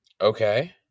Okay